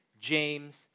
James